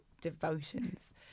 Devotions